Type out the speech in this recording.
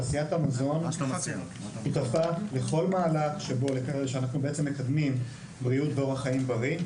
תעשיית המזון היא --- לכל מהלך שאנחנו מקדמים בריאות ואורח חיים בריא.